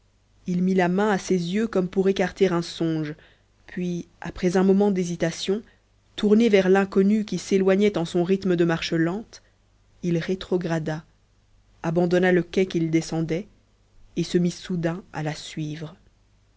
il mit la main à ses yeux comme pour écarter un songe puis après un moment d'hésitation tourné vers l'inconnue qui s'éloignait en son rythme de marche lente il rétrograda abandonna le quai qu'il descendait et se mit soudain à la suivre